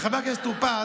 וחבר הכנסת טור פז,